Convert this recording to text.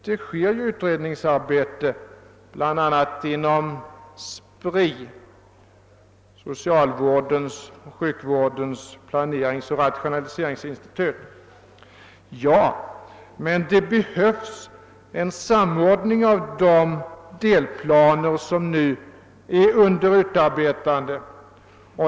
Det pågår ett utredningsarbete, bl.a. inom SPRI, socialvårdens och sjukvårdens planeringsoch rationaliseringsinstitut. även om så är fallet, behövs emellertid en samordning av de delplaner som nu är under utarbetande.